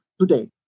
today